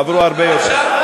עברו הרבה יותר.